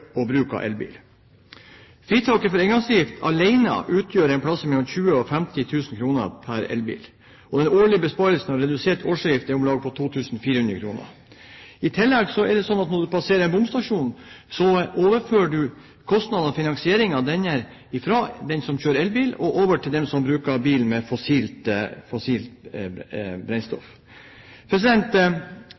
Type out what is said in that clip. og bruk av elbil. Fritaket for engangsavgift alene utgjør en plass mellom 20 000 og 50 000 kr pr. elbil. Den årlige besparelsen av redusert årsavgift er på 2 400 kr. I tillegg er det sånn at ved passering av bomstasjon overføres kostnadene og finansiering av denne fra den som kjører elbil, over til den som bruker bil med fossilt brennstoff.